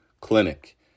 clinic